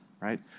right